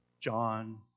John